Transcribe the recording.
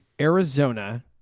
Arizona